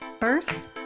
First